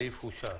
הצבעה אושרה.